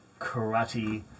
karate